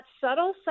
subtle